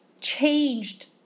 changed